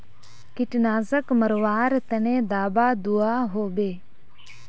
कीटनाशक मरवार तने दाबा दुआहोबे?